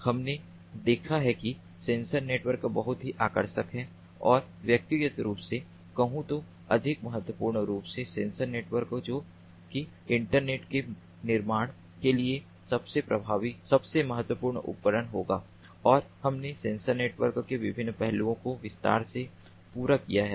हमने देखा है कि सेंसर नेटवर्क बहुत ही आकर्षक हैं और व्यक्तिगत रूप से कहूं तो अधिक महत्वपूर्ण रूप से सेंसर नेटवर्क जों कि इंटरनेट के निर्माण के लिए सबसे प्रभावी सबसे महत्वपूर्ण उपकरण होगा और हमने सेंसर नेटवर्क के विभिन्न पहलुओं को विस्तार से पूरा किया है